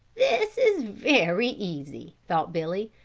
this is very easy, thought billy,